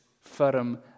firm